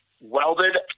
Welded